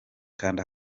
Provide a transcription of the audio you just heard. kanda